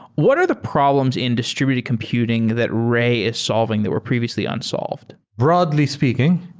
what are the problems in distributed computing that ray is solving that were previously unsolved? broadly speaking,